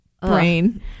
brain